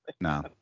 No